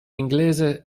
inglese